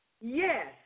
yes